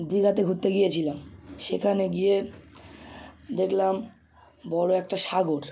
দিঘাতে ঘুরতে গিয়েছিলাম সেখানে গিয়ে দেখলাম বড়ো একটা সাগর